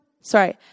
sorry